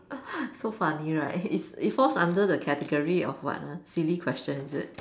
so funny right it's it falls under the category of what ah silly question is it